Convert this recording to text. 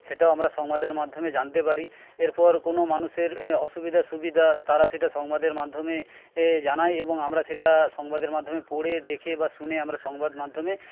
সেটাও আমরা সংবাদের মাধ্যমে জানতে পারি এরপর কোনো মানুষের অসুবিধা সুবিধা তারা সেটা সংবাদের মাধ্যমে জানায় এবং আমরা সেটা সংবাদের মাধ্যমে পড়ে দেখে বা শুনে আমরা সংবাদ মাধ্যমে